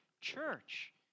church